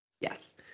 Yes